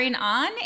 on